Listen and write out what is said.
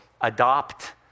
adopt